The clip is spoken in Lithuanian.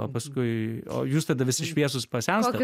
o paskui o jūs tada visi šviesūs pasensta